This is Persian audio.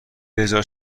بذار